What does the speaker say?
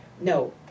no